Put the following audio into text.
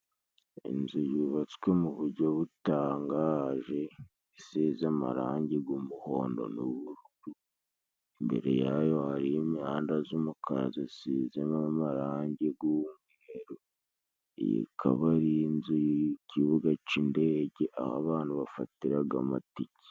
Inzu yubatswe mu bujyo butangaje isize amarangi g'umuhondo n'ubururu ,imbere yayo hari imihanda z'umukara zisizemo amarangi g'umweru ,iyi ikaba ari inzu y'ikibuga c'indege aho abantu bafatiraga amatike.